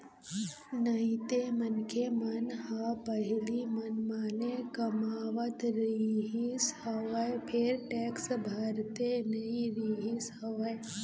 नइते मनखे मन ह पहिली मनमाने कमावत रिहिस हवय फेर टेक्स भरते नइ रिहिस हवय